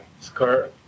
skirt